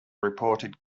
reported